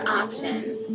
options